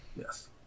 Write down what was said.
Yes